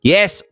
Yes